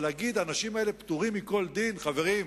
אבל להגיד: האנשים האלה פטורים מכל דין, חברים,